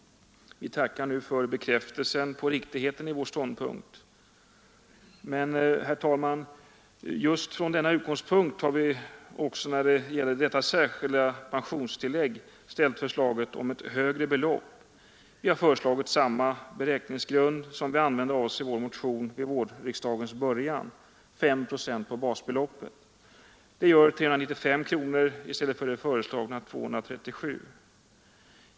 Vi tackar nu för bekräftelsen på riktigheten av vår inställning. Från denna utgångspunkt har vi ställt förslaget om ett högre belopp för särskilda pensionstillägg. Vi har föreslagit samma beräkningsgrunder som vi använde i vår motion vid vårriksdagens början: 5 procent av basbeloppet. Det gör 395 kronor i stället för cirka 237 kronor.